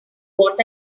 what